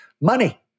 money